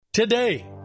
Today